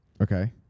Okay